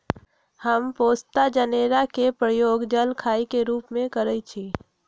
हम पोस्ता जनेरा के प्रयोग जलखइ के रूप में करइछि